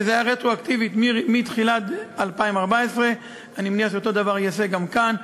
שזה היה רטרואקטיבית מתחילת 2014. אני מניח שאותו דבר ייעשה גם כאן,